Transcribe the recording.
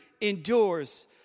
endures